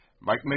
Mike